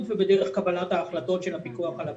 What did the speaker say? ובדרך קבלת ההחלטות של הפיקוח על הבנקים,